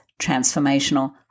transformational